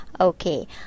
Okay